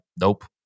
nope